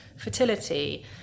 fertility